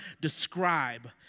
describe